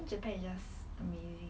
japan is just amazing